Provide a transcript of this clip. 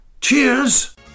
Cheers